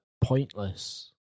pointless